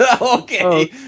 okay